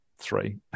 three